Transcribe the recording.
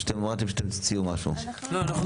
או שאתם אמרתם שתציעו משהו?